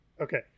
Okay